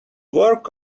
work